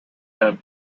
have